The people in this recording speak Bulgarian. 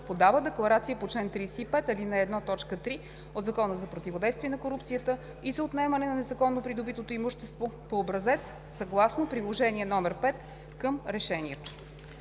подава декларация по чл. 35, ал. 1, т. 3 от Закона за противодействие на корупцията и за отнемане на незаконно придобитото имущество по образец съгласно Приложение № 5 към Решението.“